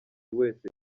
wese